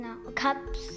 Cups